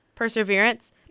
perseverance